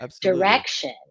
direction